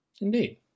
Indeed